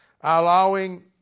allowing